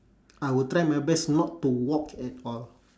I will try my best not to walk at all